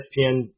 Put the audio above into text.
ESPN